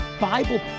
Bible